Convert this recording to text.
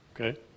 okay